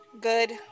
Good